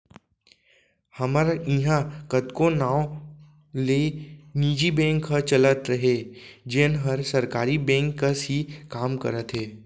हमर इहॉं कतको नांव ले निजी बेंक ह चलत हे जेन हर सरकारी बेंक कस ही काम करत हे